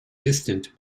distant